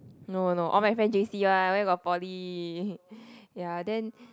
no no no all my friend j_c one where got Poly ya then